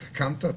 קמת.